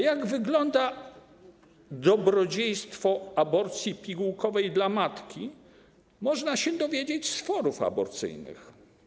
Jak wygląda dobrodziejstwo aborcji pigułkowej dla matki, można się dowiedzieć z forów aborcyjnych.